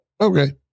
Okay